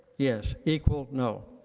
yes. equal? no.